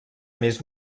més